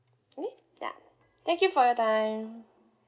okay yeah thank you for your time